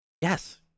Yes